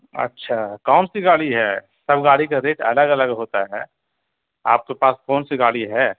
اچھا کون سی گاڑی ہے سب گاڑی کا ریٹ الگ الگ ہوتا ہے آپ کے پاس کون سی گاڑی ہے